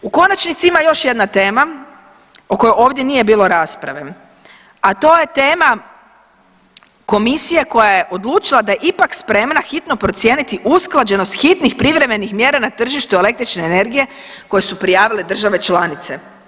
U konačnici ima još jedna tema o kojoj ovdje nije bilo rasprave, a to je tema Komisije koja je odlučila da je ipak spremna hitno procijeniti usklađenost hitnih privremenih mjera na tržištu električne energije koje su prijavile države članice.